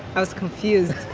i was confused